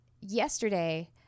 yesterday